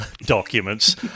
documents